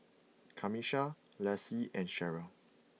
Camisha Lacy and Sheryll